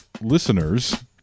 listeners